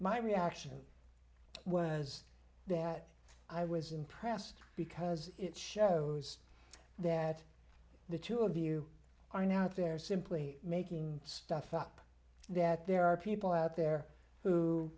my reaction was that i was impressed because it shows that the two of you are now out there simply making stuff up that there are people out there who